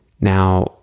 Now